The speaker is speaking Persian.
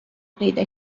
پیدا